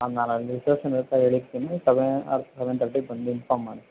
ನಾನು ನಾನು ಅಲ್ಲಿ ರಿಸೆಪ್ಷನ್ ಹತ್ರ ಹೇಳಿರ್ತಿನಿ ಸೆವೆನ್ ಆರ್ ಸೆವೆನ್ ತರ್ಟಿಗೆ ಬಂದು ಇನ್ಫಾರ್ಮ್ ಮಾಡಿ